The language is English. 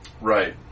Right